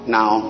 Now